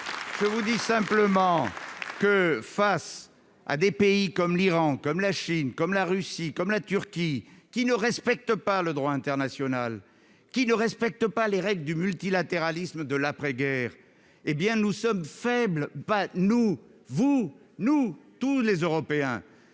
Je vous dis simplement que face à des pays comme l'Iran, comme la Chine, comme la Russie, comme la Turquie qui ne respectent pas le droit international qui ne respectent pas les règles du multilatéralisme de l'après-guerre, hé bien nous sommes faibles pas. Nous vous nous. Tous les Européens,